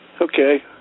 Okay